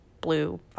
blue